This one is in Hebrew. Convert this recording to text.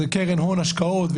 זו קרן הון השקעות.